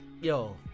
Yo